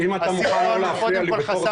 אני מבקש, אם אתה מוכן לא להפריע לי כמי שצילם.